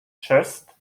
chests